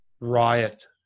riot